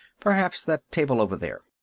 perhaps that table over there.